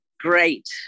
great